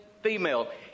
female